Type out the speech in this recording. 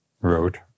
wrote